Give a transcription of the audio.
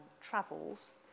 travels